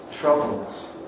troubles